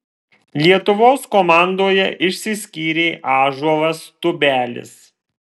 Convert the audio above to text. lietuvos komandoje išsiskyrė ąžuolas tubelis